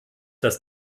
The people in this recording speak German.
dass